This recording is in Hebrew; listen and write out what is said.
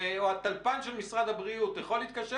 הטלפן או הטלפנית של משרד הבריאות יכולים להתקשר